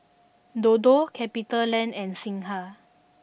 Dodo CapitaLand and Singha